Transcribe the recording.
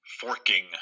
forking